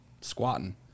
squatting